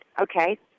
Okay